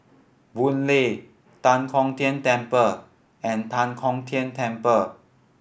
Boon Lay Tan Kong Tian Temple and Tan Kong Tian Temple